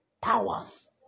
powers